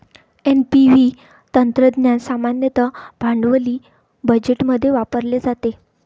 NPV तंत्रज्ञान सामान्यतः भांडवली बजेटमध्ये वापरले जाते